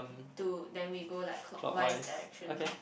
to then we go like clockwise direction